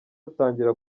atangira